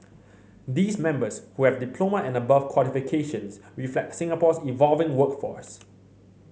these members who have diploma and above qualifications reflect Singapore's evolving workforce